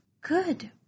good